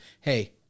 hey